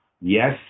Yes